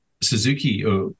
Suzuki